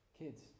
kids